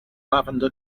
lavender